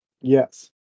Yes